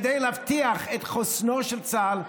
כדי להבטיח את חוסנו של צה"ל,